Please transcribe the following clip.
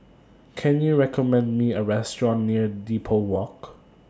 Can YOU recommend Me A Restaurant near Depot Walk